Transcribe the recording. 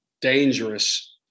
dangerous